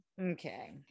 Okay